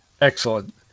excellent